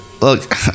Look